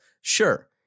Sure